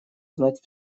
знать